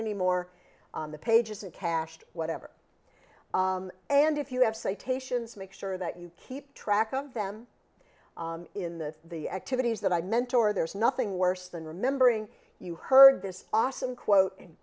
anymore on the pages and cached whatever and if you have citations make sure that you keep track of them in the the activities that i meant or there's nothing worse than remembering you heard this awesome quote and